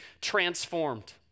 transformed